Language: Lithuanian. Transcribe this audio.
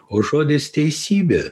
o žodis teisybė